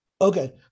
Okay